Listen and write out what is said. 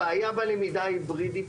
הבעיה בלמידה ההיברידית